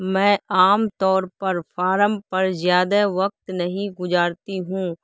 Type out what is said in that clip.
میں عام طور پر فارم پر زیادہ وقت نہیں گزارتی ہوں